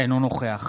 אינו נוכח